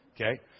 Okay